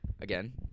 Again